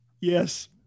Yes